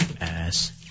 ass